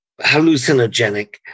hallucinogenic